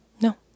no